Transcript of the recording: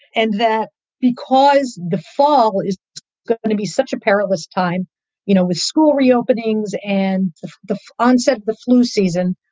and that because the fall is going to be such a perilous time you know with school reopenings and the onset of the flu season,